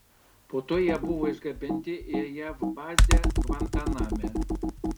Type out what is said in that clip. po to jie buvo išgabenti į jav bazę gvantaname